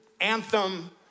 anthem